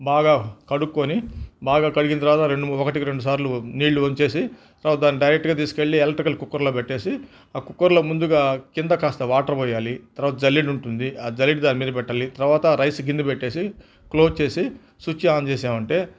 బాగా కడుక్కొని బాగా కడిగిన తరువాత రెండు ము ఒకటికి రెండు సార్లు నీళ్లు వంచేసి తరువాత దాన్ని డైరెక్ట్గా తీసుకెళ్లి ఎలక్ట్రికల్ కుక్కర్లో పెట్టేసి ఆ కుక్కర్లో ముందుగా కింద కాస్తా వాటర్ పొయ్యాలి తరువాత జల్లెడుంటుంది ఆ జల్లెడ దానిమీద పెట్టాలి తరువాత రైసు గిన్నె పెట్టేసి క్లోజ్ చేసి స్విచ్ ఆన్ చేసామంటే